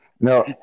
no